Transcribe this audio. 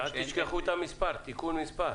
ואל תשכחו את מספר התיקון.